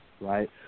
right